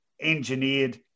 engineered